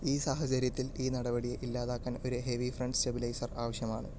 ഈ സാഹചര്യത്തിൽ ഈ നടപടിയെ ഇല്ലാതാക്കാൻ ഒരു ഹെവി ഫ്രണ്ട് സ്റ്റെബിലൈസർ ആവശ്യമാണ്